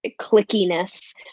clickiness